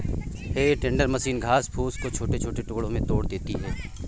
हे tender machine घास फूस को छोटे छोटे टुकड़ों में तोड़ देती है